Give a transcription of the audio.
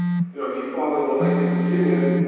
you know if you fall in a lake in virginia,